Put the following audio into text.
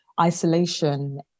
isolation